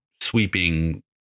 sweeping